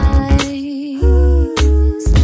eyes